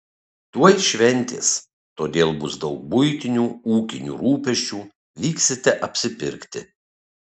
tuoj šventės todėl bus daug buitinių ūkinių rūpesčių vyksite apsipirkti